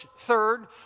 third